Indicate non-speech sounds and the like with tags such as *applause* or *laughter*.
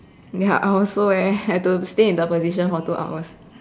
ya I also leh *laughs* have to stay in the position for two hours